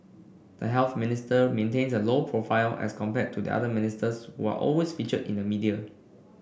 the Health Minister maintains a low profile as compared to the other ministers who are always featured in the media